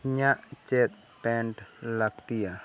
ᱤᱧᱟ ᱜ ᱪᱮᱫ ᱯᱮᱱᱴ ᱞᱟᱹᱠᱛᱤᱭᱟ